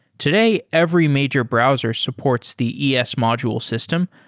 today, every major browser supports the es module system,